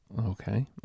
okay